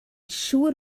siŵr